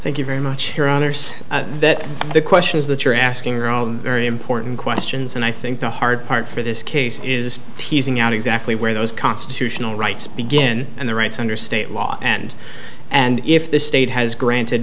thank you very much your honour's that the questions that you're asking are all very important questions and i think the hard part for this case is teasing out exactly where those constitutional rights begin and the rights under state law and and if the state has granted